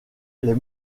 les